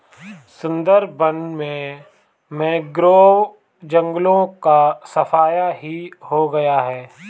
सुंदरबन में मैंग्रोव जंगलों का सफाया ही हो गया है